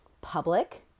public